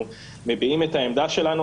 אנחנו מביעים את העמדה שלנו,